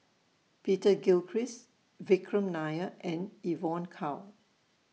Peter Gilchrist Vikram Nair and Evon Kow